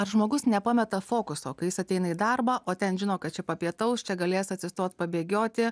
ar žmogus nepameta fokuso kai jis ateina į darbą o ten žino kad čia papietaus čia galės atsistot pabėgioti